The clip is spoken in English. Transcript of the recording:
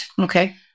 Okay